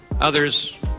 Others